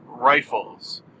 rifles